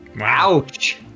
Ouch